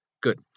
Good